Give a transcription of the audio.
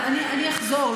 אני אחזור,